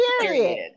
period